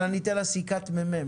אבל אני אתן לה את סיכת הכנסת.